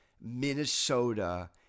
Minnesota